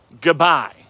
goodbye